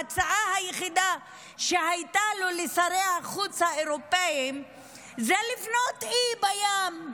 ההצעה היחידה שהייתה לו לשרי החוץ האירופים היא לבנות אי בים,